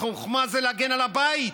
החוכמה היא להגן על הבית,